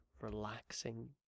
relaxing